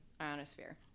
ionosphere